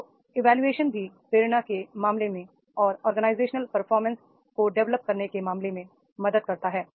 तो इवोल्यूशन भी प्रेरणा के मामले में और ऑर्गेनाइजेशनल परफॉर्मेंस को डेवलप करने के मामले में मदद करता है